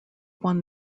won